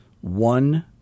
one